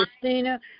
Christina